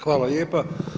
Hvala lijepa.